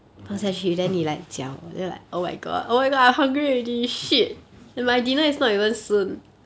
mmhmm